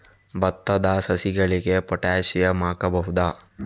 ಭತ್ತದ ಸಸಿಗಳಿಗೆ ಪೊಟ್ಯಾಸಿಯಂ ಹಾಕಬಹುದಾ?